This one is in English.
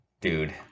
dude